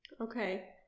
Okay